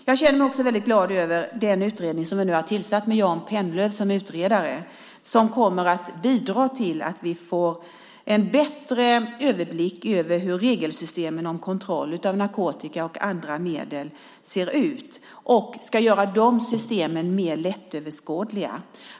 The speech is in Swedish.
Jag känner mig också väldigt glad över den utredning som vi nu har tillsatt med Jan Pennlöv som utredare. Den kommer att bidra till att vi får en bättre överblick över hur regelsystemen om kontroll av narkotika och andra medel ser ut och ska göra dessa system mer lättöverskådliga.